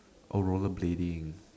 oh rollerblading